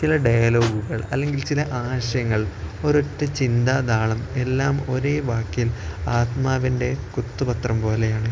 ചില ഡയലോഗുകൾ അല്ലെങ്കിൽ ചില ആശയങ്ങൾ ഒരൊറ്റ ചിന്താതാളം എല്ലാം ഒരേ വാക്കിൽ ആത്മാവിൻ്റെ കുത്തുപത്രം പോലെയാണ്